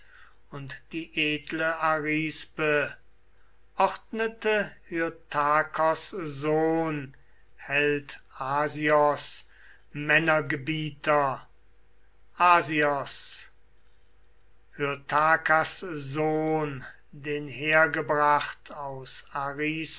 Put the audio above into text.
und die edle arisbe ordnete hyrtakos sohn held asios männergebieter asios hyrtakos sohn den hergebracht aus